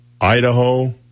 Idaho